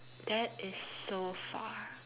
that is so far